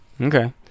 Okay